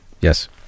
Yes